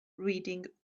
reading